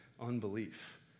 unbelief